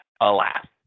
alas